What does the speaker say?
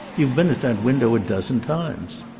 you've been at that window a dozen times.